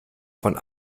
von